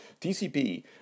TCP